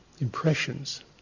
impressions